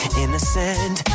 innocent